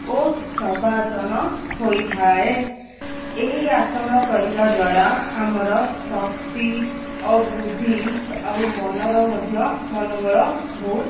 ଓ ଶବାସନ ହୋଇଥାଏ ଏହି ଆସନ କରିବା ଦ୍ୱାରା ଆମର ଶକ୍ତି ଆଉ ବୁଦ୍ଧି ସ୍ ଆଉ ମନର ମଧ୍ୟ ମନୋବଳ ବହୁତ